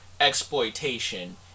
exploitation